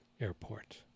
airport